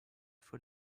for